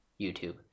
YouTube